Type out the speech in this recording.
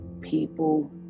people